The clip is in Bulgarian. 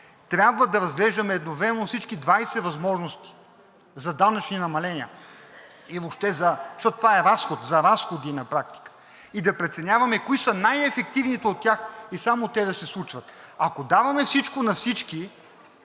трябва да разглеждаме едновременно всички 20 възможности за данъчни намаления. Защото това е разход, за разходи на практика. И да преценяваме кои са най-ефективните от тях и само те да се случват. Ако даваме всичко на всички,